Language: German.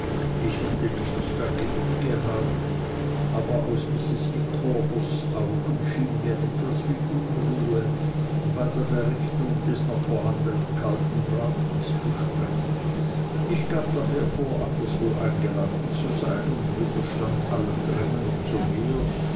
ich hätte nichts dagegen gehabt aber aus mrs micawbers augen schien mir etwas wie unruhe bei der berechnung des noch vorhandenen kalten bratens zu sprechen ich gab daher vor anderswo eingeladen zu sein und widerstand allem drängen um so mehr